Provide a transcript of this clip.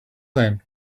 then